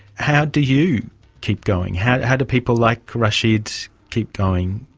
how do you keep going? how how do people like rashid keep going?